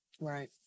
Right